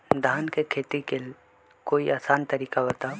धान के खेती के कोई आसान तरिका बताउ?